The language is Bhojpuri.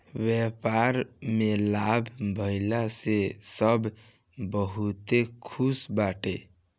व्यापार में लाभ भइला से सब बहुते खुश बाटे